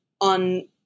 on